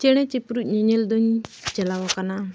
ᱪᱮᱬᱮ ᱪᱤᱯᱨᱩᱡ ᱧᱮᱧᱮᱞ ᱫᱩᱧ ᱪᱟᱞᱟᱣ ᱟᱠᱟᱱᱟ